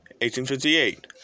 1858